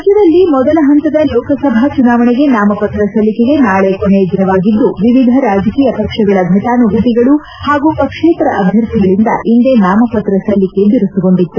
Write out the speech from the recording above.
ರಾಜ್ಯದಲ್ಲಿ ಮೊದಲ ಹಂತದ ಲೋಕಸಭಾ ಚುನಾವಣೆಗೆ ನಾಮಪತ್ರ ಸಲ್ಲಿಕೆಗೆ ನಾಳೆ ಕೊನೆಯ ದಿನವಾಗಿದ್ದು ವಿವಿಧ ರಾಜಕೀಯ ಪಕ್ಷಗಳ ಫಟಾನುಘಟಗಳು ಹಾಗೂ ಪಕ್ಷೇತರ ಅಭ್ಯರ್ಥಿಗಳಿಂದ ಇಇಂದೇ ನಾಮಪತ್ರ ಸಲ್ಲಿಕೆ ಬಿರುಸುಗೊಂಡಿತ್ತು